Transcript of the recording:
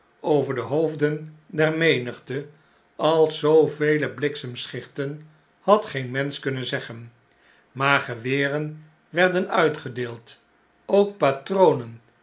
over de hooiclen der menigte als zoovele bliksemschichten had geen mensch kunnen zeggen maar geweren werden uitgedeeld ook patronen